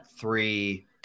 three